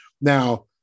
Now